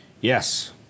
Yes